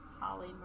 Holly